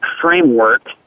framework